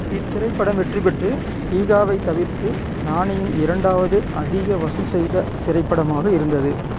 இத்திரைப்படம் வெற்றி பெற்று ஈகாவை தவிர்த்து நானியின் இரண்டாவது அதிகம் வசூல் செய்த திரைப்படமாக இருந்தது